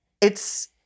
it's-